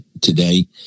today